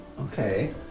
Okay